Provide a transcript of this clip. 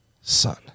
son